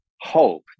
hope